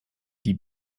die